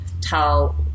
tell